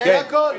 זה הכול.